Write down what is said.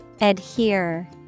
Adhere